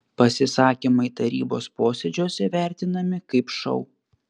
pasisakymai tarybos posėdžiuose vertinami kaip šou